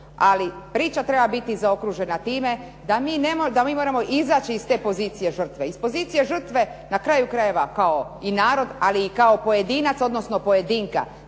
Ali priča treba biti zaokružena time da mi moramo izaći iz te pozicije žrtve, iz pozicije žrtve na kraju krajeva kao i narod ali i kao pojedinac, odnosno pojedinka.